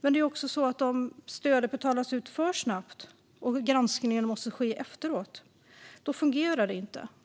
Men det fungerar inte om stödet betalas ut för snabbt och granskningen måste ske efteråt.